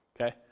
okay